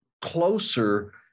closer